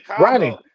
Ronnie